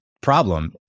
problem